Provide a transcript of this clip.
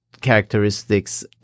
characteristics